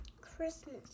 Christmas